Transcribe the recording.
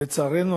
לצערנו,